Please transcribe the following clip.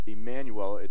Emmanuel